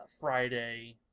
Friday